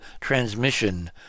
transmission